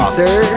sir